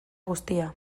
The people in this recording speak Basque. guztia